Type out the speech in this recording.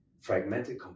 fragmented